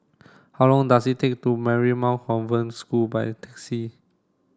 how long does it take to Marymount School by taxi